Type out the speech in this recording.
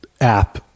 app